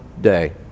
day